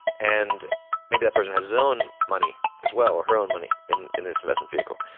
and maybe that person has his own money, as well or her own money in in this investment vehicle.